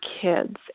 kids